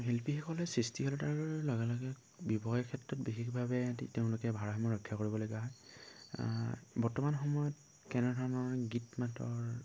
শিল্পীসকলে সৃষ্টিশীলতাৰ লগে লগে ব্যৱসায় ক্ষেত্ৰত বিশেষভাৱে তেওঁলোকে ধাৰাসমূহ ৰক্ষা কৰিবলগীয়া হয় বৰ্তমান সময়ত কেনেধৰণৰ গীত মাতৰ